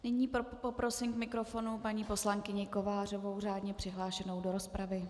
Nyní poprosím k mikrofonu paní poslankyni Kovářovou, řádně přihlášenou do rozpravy.